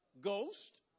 Ghost